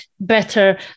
better